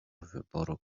wyboru